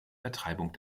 vertreibung